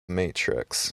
matrix